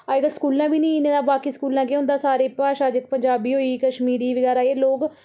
आजकल स्कूलें बी निं तां बाकी स्कूले केह् होंदा सारी भाशा पंजाबी होई कश्मीरी बगैरा एह् लोग